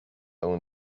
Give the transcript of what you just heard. own